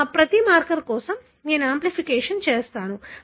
ప్రతి మార్కర్ కోసం నేను యాంప్లిఫికేషన్ చేసాను